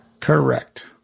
Correct